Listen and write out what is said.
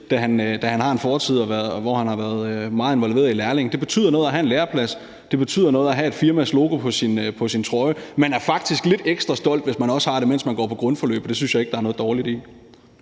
da han har en fortid, hvor han har været meget involveret i det med lærlinge, betyder noget. Det betyder noget at have en læreplads, og det betyder noget at have et firmas logo på sin trøje. Man er faktisk lidt ekstra stolt, hvis man også har det, mens man går på grundforløbet, og det synes jeg ikke der er noget dårligt i.